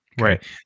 Right